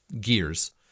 Gears